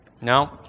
No